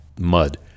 mud